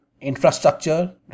Infrastructure